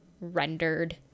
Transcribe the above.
rendered